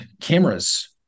cameras